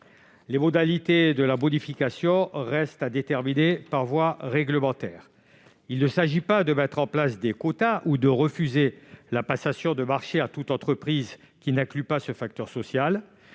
Les modalités de la bonification resteront à déterminer par voie réglementaire. Il s'agit non pas de mettre en place des quotas ou de refuser des marchés à toute entreprise n'incluant pas ce facteur social,